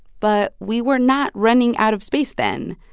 but we were not running out of space then,